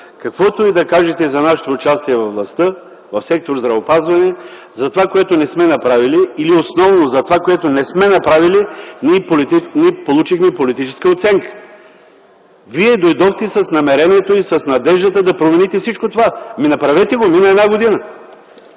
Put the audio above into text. каквото и да кажете за нашето участие във властта в сектор „Здравеопазване” – за това, което сме направили и основно за това, което не сме направили, ние получихме политическата оценка. Вие дойдохте с намерението и с надеждата да промените всичко това. Направете го, мина една година!